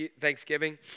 thanksgiving